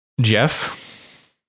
Jeff